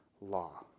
law